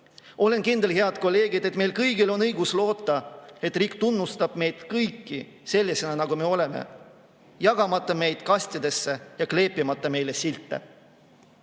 Olen kindel, head kolleegid, et meil kõigil on õigus loota, et riik tunnustab meid kõiki sellisena, nagu me oleme, jagamata meid kastidesse ja kleepimata meile silte.